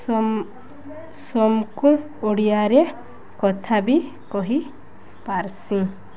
ସମ୍କୁ ଓଡ଼ିଆରେ କଥା ବି କହି ପାର୍ସି